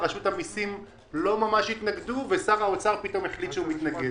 רשות המיסים לא ממש התנגדו ושר האוצר פתאום החליט שהוא מתנגד.